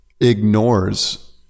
ignores